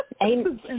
Amen